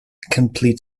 complete